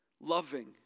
loving